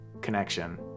connection